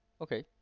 Okay